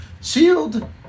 Sealed